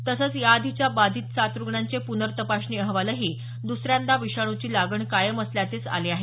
तसंच याआधीच्या बाधित सात रुग्णांचे प्नर्तपासणी अहवालही दसऱ्यांदा विषाणूची लागण कायम असल्याचेच आले आहेत